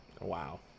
Wow